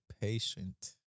patient